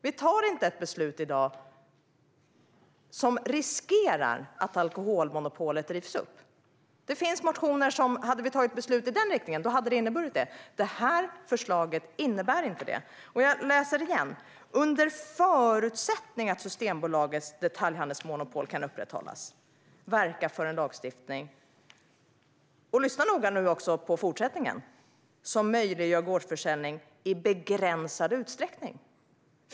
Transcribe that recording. Vi tar inte ett beslut som innebär att alkoholmonopolet riskerar att rivas upp. Det fanns motioner med sådana förslag, men det förslag vi nu debatterar innebär inte det. Jag läser igen: "Enligt utskottet bör regeringen, under förutsättning att Systembolagets detaljhandelsmonopol kan upprätthållas, verka för en lagstiftning som möjliggör gårdsförsäljning i begränsad utsträckning." Lyssna särskilt på de sista orden: "i begränsad utsträckning."